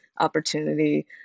opportunity